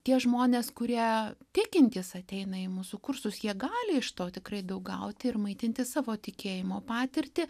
tie žmonės kurie tikintys ateina į mūsų kursus jie gali iš to tikrai daug gauti ir maitinti savo tikėjimo patirtį